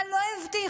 מה לא הבטיחו,